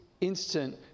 instant